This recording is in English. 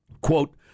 Quote